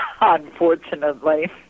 unfortunately